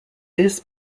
this